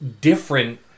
different